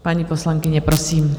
Paní poslankyně, prosím.